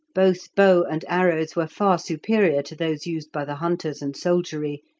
both bow and arrows were far superior to those used by the hunters and soldiery,